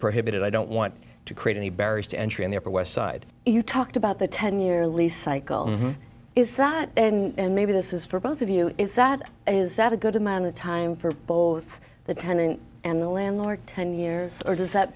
prohibited i don't want to create any barriers to entry in the upper west side you talked about the ten year lease cycle is that and maybe this is for both of you is that is that a good amount of time for both the tenant and the landlord ten years or does that